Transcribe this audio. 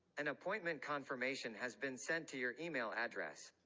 an appointment confirmation has been sent to your email address.